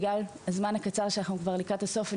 אך בגלל הזמן הקצר שנותר עד סוף הישיבה,